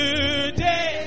Today